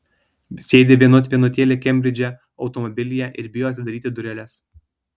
sėdi vienut vienutėlė kembridže automobilyje ir bijo atidaryti dureles